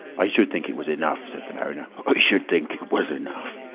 i should think it was enough, said the mariner. i should think it was enough.